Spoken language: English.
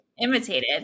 imitated